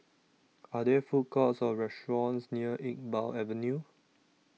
Are There Food Courts Or restaurants near Iqbal Avenue